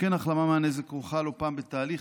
שכן החלמה מהנזק כרוכה לא פעם בתהליך